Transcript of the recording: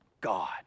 God